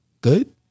Good